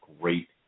great